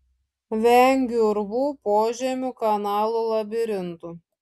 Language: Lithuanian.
vengiu urvų požemių kanalų labirintų